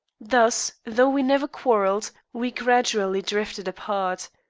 thus, though we never quarrelled, we gradually drifted apart.